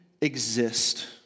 exist